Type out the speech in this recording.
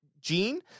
gene